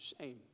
shame